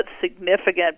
significant